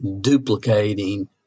duplicating